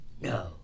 No